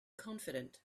confident